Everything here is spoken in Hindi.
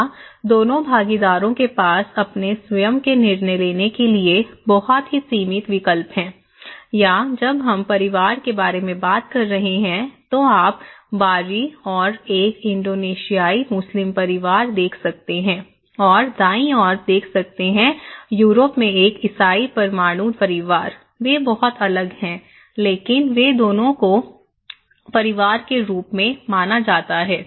यहाँ दोनों भागीदारों के पास अपने स्वयं के निर्णय लेने के लिए बहुत ही सीमित विकल्प हैं या जब हम परिवार के बारे में बात कर रहे हैं तो आप बायीं ओर एक इंडोनेशियाई मुस्लिम परिवार देख सकते हैं और दाईं ओर देख सकते हैं यूरोप में एक ईसाई परमाणु परिवार वे बहुत अलग हैं लेकिन वे दोनों को परिवार के रूप में माना जाता है